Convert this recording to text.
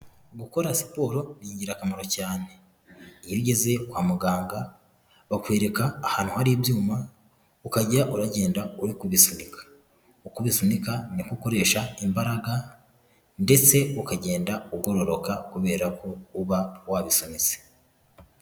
Gukora siporo ni ingirakamaro cyane iyo ugeze kwa muganga bakwereka ahantu hari ibyuma ukajya uragenda uri kubisunika, uko ubisunika niko ukoresha imbaraga ndetse ukagenda ugororoka kubera ko uba wabisunitse.